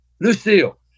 Lucille